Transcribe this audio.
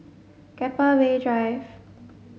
Keppel Bay Drive